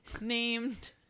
named